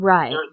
Right